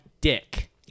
dick